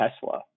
Tesla